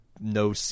no